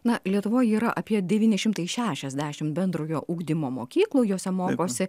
na lietuvoje yra apie devyni šimtai šešiasdešimt bendrojo ugdymo mokyklų jose mokosi